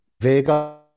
Vega